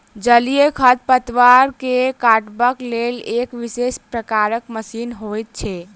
जलीय खढ़पतवार के काटबाक लेल एक विशेष प्रकारक मशीन होइत छै